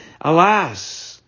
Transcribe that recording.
Alas